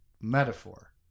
metaphor